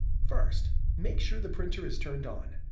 first, make sure the printer is turned on.